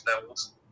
levels